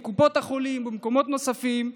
בקופות החולים ובמקומות נוספים.